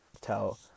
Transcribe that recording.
tell